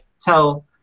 tell